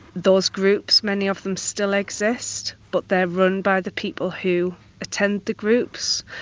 those groups, many of them, still exist but they're run by the people who attend the groups.